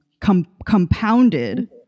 compounded